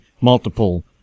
multiple